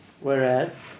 Whereas